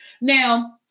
Now